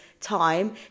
time